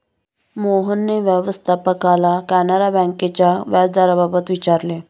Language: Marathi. मोहनने व्यवस्थापकाला कॅनरा बँकेच्या व्याजदराबाबत विचारले